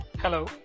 hello